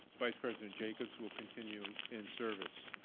vice president jacobs will continue in service.